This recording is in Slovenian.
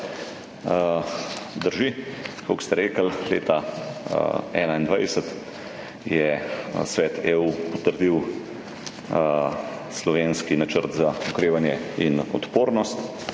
Drži, tako kot ste rekli, leta 2021 je Svet EU potrdil slovenski Načrt za okrevanje in odpornost.